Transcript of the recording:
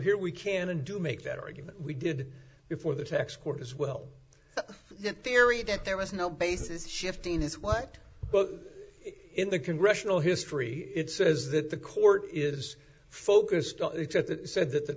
here we can and do make that argument we did before the tax court as well the theory that there was no basis shiftiness what but in the congressional history it says that the court is focused on it at that said that the